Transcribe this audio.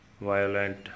violent